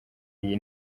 iyi